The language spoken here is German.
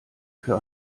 für